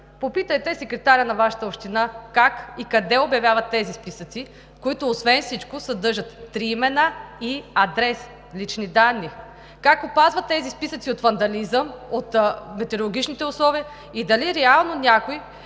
Попитайте секретаря на Вашата община как и къде обявяват тези списъци, които освен всичко съдържат три имена, адрес и лични данни. Как се опазват тези списъци от вандализъм, от метрологичните условия и дали реално някой